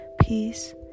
peace